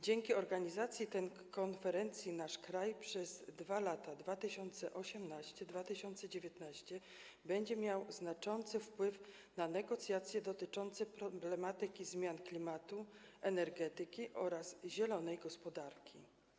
Dzięki organizacji tej konferencji nasz kraj przez 2 lata - 2018 i 2019 - będzie miał znaczący wpływ na negocjacje dotyczące problematyki zmian klimatu, energetyki oraz zielonej gospodarki.